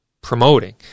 promoting